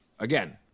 Again